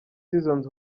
seasons